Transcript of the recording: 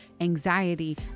anxiety